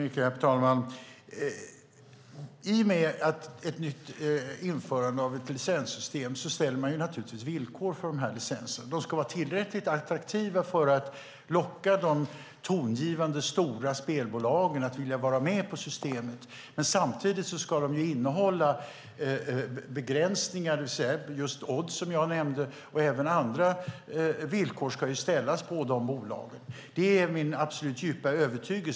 Herr talman! I och med ett införande av ett licenssystem ställer man naturligtvis villkor för licenserna. De ska vara tillräckligt attraktiva för att locka de tongivande stora spelbolagen att vilja vara med på systemet. Samtidigt ska de innehålla begränsningar, till exempel just odds som jag nämnde, och även andra villkor ska ställas för de bolagen. Det är min absolut djupa övertygelse.